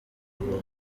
burundu